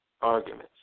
arguments